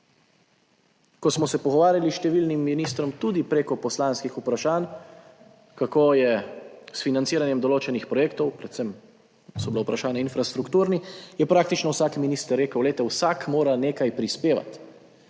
Ko smo se pogovarjali s številnim ministrom tudi 10. TRAK (VI) 15.30 (nadaljevanje) preko poslanskih vprašanj, kako je s financiranjem določenih projektov, predvsem so bila vprašanja infrastrukturni, je praktično vsak minister rekel, glejte, vsak mora nekaj prispevati,